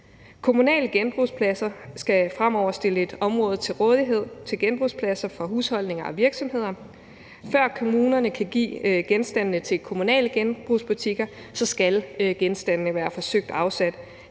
Kommunale genbrugspladser skal fremover stille et område til rådighed til genbrugsgenstande fra husholdninger og virksomheder. Før kommunerne kan give genstandene til kommunale genbrugsbutikker, skal genstandene være forsøgt afsat